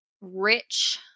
rich